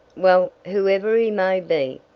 well, whoever he may be,